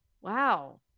Wow